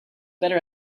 better